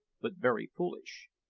but very foolish.